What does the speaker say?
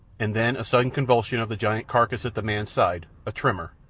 and then a sudden convulsion of the giant carcass at the man's side, a tremor,